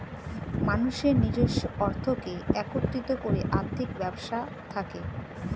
মানুষের নিজস্ব অর্থকে একত্রিত করে আর্থিক ব্যবস্থা থাকে